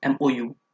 MOU